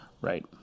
Right